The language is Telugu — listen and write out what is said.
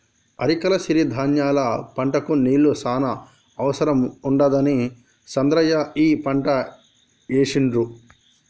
అరికల సిరి ధాన్యాల పంటకు నీళ్లు చాన అవసరం ఉండదని చంద్రయ్య ఈ పంట ఏశిండు